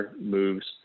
moves